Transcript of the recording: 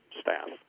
staff